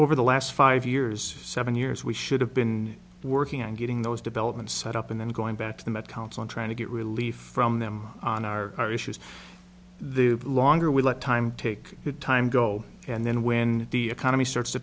over the last five years seven years we should have been working on getting those development set up and then going back to the met council trying to get relief from them on our issues the longer we let time take the time go and then when the economy starts to